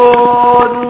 Lord